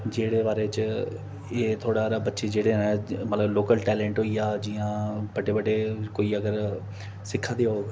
जेह्दे बारे च एह् थोह्ड़ा हारा बच्चे जेह्ड़े न मतलब लोकल टैलेंट होई गेआ जि'यां बड्डे बड्डे कोई अगर सिक्खै दे होग